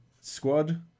Squad